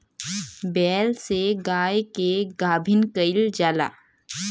बैल से गाय के गाभिन कइल जाला